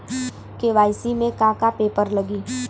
KYC में का का पेपर लगी?